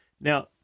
Now